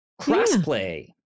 crossplay